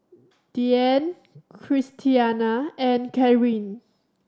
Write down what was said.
Deanne Christiana and Cathryn